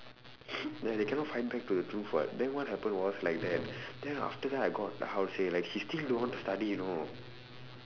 ya they cannot find back to the truth [what] then what happen was like that then after that I got how to say like she still don't want to study you know